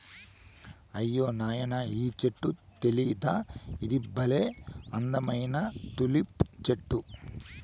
అయ్యో నాయనా ఈ చెట్టు తెలీదా ఇది బల్లే అందమైన తులిప్ చెట్టు